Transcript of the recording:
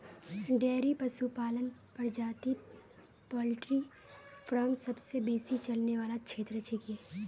dairy पशुपालन प्रजातित poultry farm सबसे बेसी चलने वाला क्षेत्र छिके